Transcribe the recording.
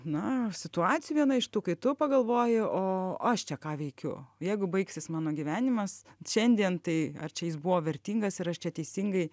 na situacijų viena iš tų kai tu pagalvoji o aš čia ką veikiu jeigu baigsis mano gyvenimas šiandien tai ar čia jis buvo vertingas ir aš čia teisingai